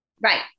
Right